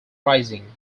rising